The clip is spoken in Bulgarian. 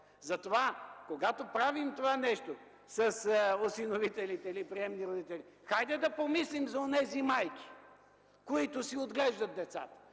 Затова, когато правим това нещо с осиновителите или с приемните родители, хайде да помислим за онези майки, които си отглеждат децата,